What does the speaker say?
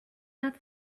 that